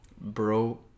Bro